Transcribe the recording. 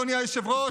אדוני היושב-ראש,